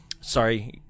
Sorry